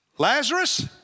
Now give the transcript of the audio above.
Lazarus